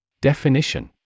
Definition